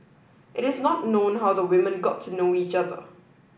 it is not known how the women got to know each other